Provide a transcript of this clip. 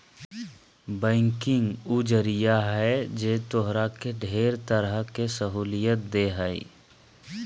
banking उ जरिया है जे तोहरा के ढेर तरह के सहूलियत देह हइ